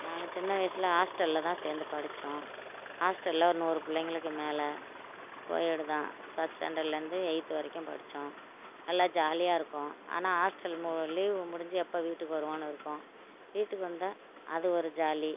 நாங்கள் சின்ன வயசில் ஹாஸ்டலில் தான் சேர்ந்து படித்தோம் ஹாஸ்டலில் நூறு பிள்ளைங்களுக்கு மேலே கோஎட் தான் ஸ் ஃபர்ஸ்ட் ஸ்டாண்டலருந்து எய்த் வரைக்கும் படித்தோம் நல்லா ஜாலியாகருக்கும் ஆனால் ஹாஸ்டல் மு லீவு முடிஞ்சு எப்போ வீட்டுக்கு வருவோம்னு இருக்கும் வீட்டுக்கு வந்தால் அது ஒரு ஜாலி